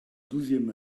douzième